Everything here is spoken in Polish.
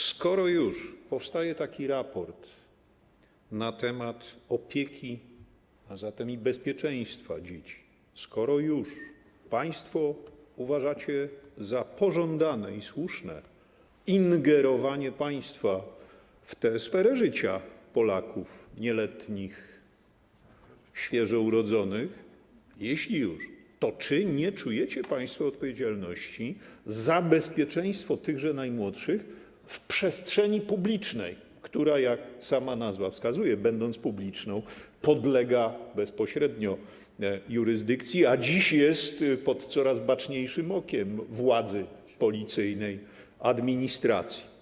Skoro już powstaje raport na temat opieki, a zatem i bezpieczeństwa dzieci, skoro już uważacie za pożądane i słuszne ingerowanie państwa w tę sferę życia Polaków nieletnich, świeżo urodzonych, to czy nie czujecie państwo odpowiedzialności za bezpieczeństwo tychże najmłodszych w przestrzeni publicznej, która - jak sama nazwa wskazuje - będąc publiczną, podlega bezpośrednio jurysdykcji, a dziś jest pod coraz baczniejszym okiem władzy policyjnej administracji?